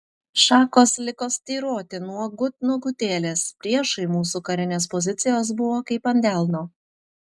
šakos liko styroti nuogut nuogutėlės priešui mūsų karinės pozicijos buvo kaip ant delno